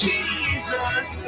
Jesus